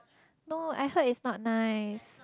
no I heard it's not nice